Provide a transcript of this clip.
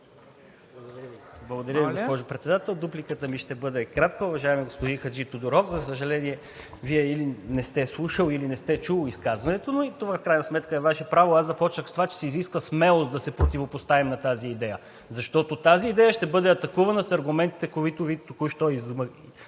Благодаря Ви, госпожо Председател. Дупликата ми ще бъде кратка. Уважаеми господин Хаджитодоров, за съжаление, Вие или не сте слушали, или не сте чули изказването, но и това в крайна сметка е Ваше право. Аз започнах с това, че се изисква смелост да се противопоставим на тази идея, защото тази идея ще бъде атакувана с аргументите, които Вие току-що изтъкнахте.